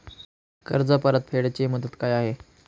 कर्ज परतफेड ची मुदत काय आहे?